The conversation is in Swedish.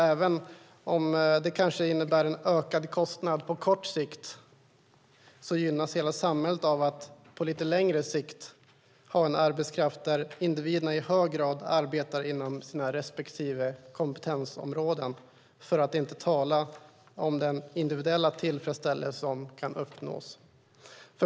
Även om det kanske innebär en ökad kostnad på kort sikt gynnas hela samhället av att på lite längre sikt ha en arbetskraft där individerna i hög grad arbetar inom sina respektive kompetensområden, för att inte tala om den individuella tillfredsställelse som kan uppnås.